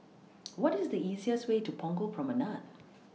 What IS The easiest Way to Punggol Promenade